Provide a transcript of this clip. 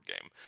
game